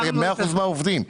מאה אחוז מהעובדים.